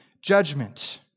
Judgment